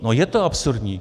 No, je to absurdní.